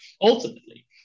ultimately